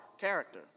character